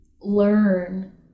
learn